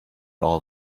all